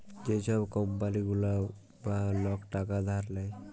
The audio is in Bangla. যে ছব কম্পালি গুলা বা লক টাকা ধার দেয়